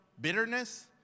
bitterness